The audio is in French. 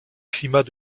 climat